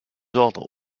ordres